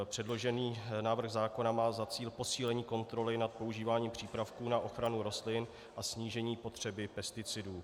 Předložený návrh zákona má za cíl posílení kontroly nad používáním přípravků na ochranu rostlin a snížení potřeby pesticidů.